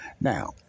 Now